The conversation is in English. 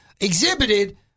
exhibited